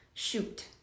shoot